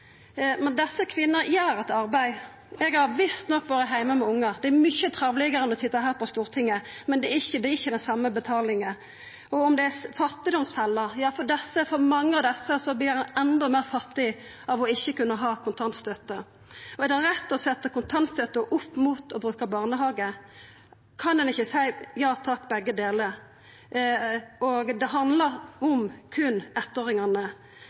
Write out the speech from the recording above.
Men desse kvinnene gjer eit arbeid. Eg har visst nok vore heime med ungar, og det er mykje meir travelt enn å sitja her på Stortinget, men det er ikkje den same betalinga. Om det er ei fattigdomsfelle: Ja, mange av desse vert endå meir fattige av ikkje å kunna få kontantstøtte. Og er det rett å setja kontantstøtte opp mot det å bruka barnehage? Kan ein ikkje seia ja takk, begge delar? Det handlar berre om eittåringane.